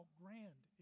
grand